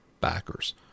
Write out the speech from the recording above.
backers